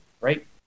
right